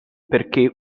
perché